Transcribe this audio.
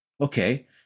Okay